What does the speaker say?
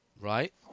Right